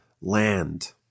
land